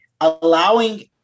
allowing